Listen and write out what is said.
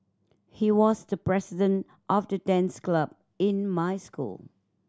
he was the president of the dance club in my school